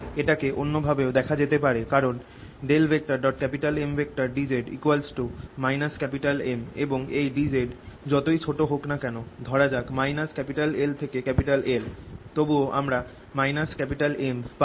এটাকে অন্য ভাবেও দেখা যেতে পারে কারণ Mdz M এবং এই dz যতই ছোট হোক না কেন ধরা যাক - L থেকে L তবুও আমরা M পাব